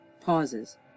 pauses